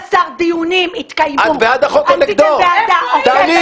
11 דיונים התקיימו, עשיתם ועדה עוקפת.